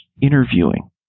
interviewing